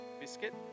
biscuit